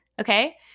Okay